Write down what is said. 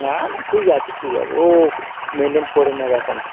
না না ঠিক আছে ঠিক আছে ও মেনটেন করে নেবে এখন